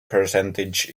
percentage